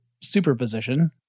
superposition